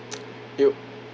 you